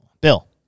Bill